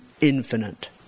infinite